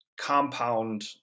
compound